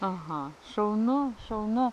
aha šaunu šaunu